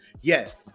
Yes